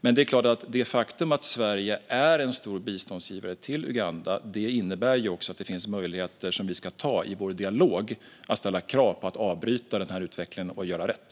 Men det faktum att Sverige är en stor biståndsgivare till Uganda innebär självklart också att det finns möjligheter som vi ska ta i vår dialog och att vi ska ställa krav på att man avbryter utvecklingen och gör rätt.